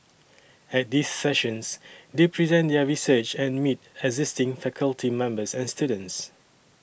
at these sessions they present their research and meet existing faculty members and students